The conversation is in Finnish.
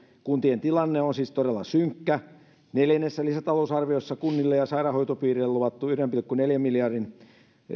kuntien tilanne on siis todella synkkä neljännessä lisätalousarviossa kunnille ja sairaanhoitopiireille luvattu yhden pilkku neljän miljardin